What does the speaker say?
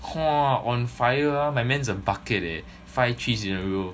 !wah! on fire ah my man's a bucket eh five threes in a row